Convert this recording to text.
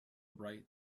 bright